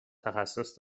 تخصص